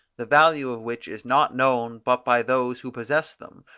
the value of which is not known but by those who possess them,